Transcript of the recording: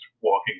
walking